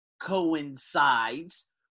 coincides